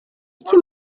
iki